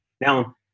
Now